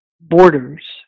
borders